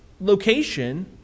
location